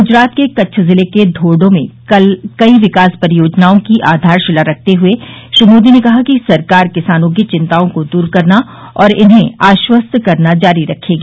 गुजरात के कच्छ जिले के धोर्डो में कल कई विकास परियोजनाओं की आधारशिला रखते हुए श्री मोदी ने कहा कि सरकार किसानों की चिंताओं को दूर करना और इन्हें आश्वस्त करना जारी रखेगी